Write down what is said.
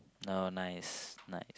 no nice nice